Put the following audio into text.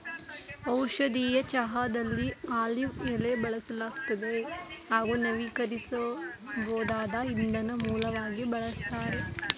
ಔಷಧೀಯ ಚಹಾದಲ್ಲಿ ಆಲಿವ್ ಎಲೆ ಬಳಸಲಾಗ್ತದೆ ಹಾಗೂ ನವೀಕರಿಸ್ಬೋದಾದ ಇಂಧನ ಮೂಲವಾಗಿ ಬಳಸ್ತಾರೆ